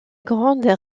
grande